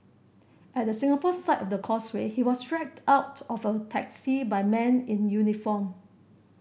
at the Singapore side of the Causeway he was dragged out of a taxi by men in uniform